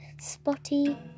spotty